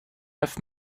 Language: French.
neuf